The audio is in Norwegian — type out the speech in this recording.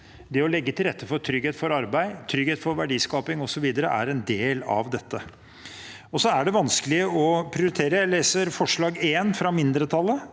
Det å legge til rette for trygghet for arbeid, trygghet for verdiskaping, osv., er en del av dette. Det er altså vanskelig å prioritere. Jeg leser forslag nr. 1, fra mindretallet: